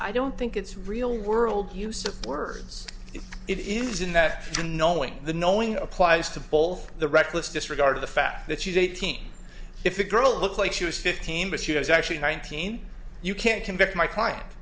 i don't think it's real world you support for us if it is in that knowing the knowing applies to both the reckless disregard of the fact that she's eighteen if a girl looks like she was fifteen but she was actually nineteen you can't convict my client